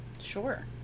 Sure